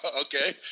Okay